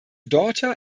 daughter